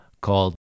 called